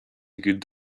good